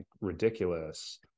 ridiculous